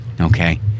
okay